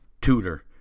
tutor